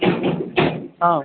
हॅं